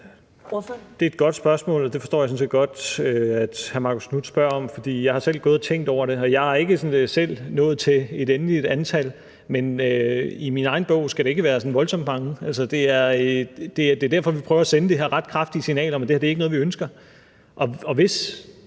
Det er et godt spørgsmål, og det forstår jeg sådan set godt at hr. Marcus Knuth spørger om, for jeg har selv gået og tænkt over det. Jeg er ikke selv nået til et endeligt antal, men i min egen bog skal det ikke være voldsomt mange. Det er derfor, vi prøver at sende det her ret kraftige signal om, at det her ikke er noget, vi ønsker.